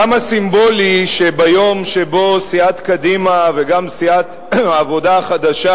כמה סימבולי שביום שבו סיעת קדימה וגם סיעת העבודה החדשה